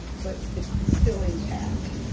but it's still intact.